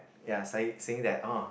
ya saying saying that orh